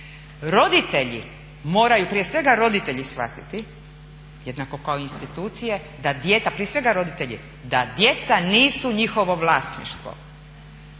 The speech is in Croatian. Roditelji moraju prije svega roditelji shvatiti jednako kao i institucije, prije svega roditelje, da djeca nisu njihovo vlasništvo,